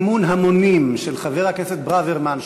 מימון חברתי לעסקים),